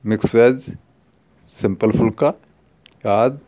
mix veg simple phulka ਆਦਿ